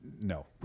No